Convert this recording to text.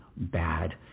Bad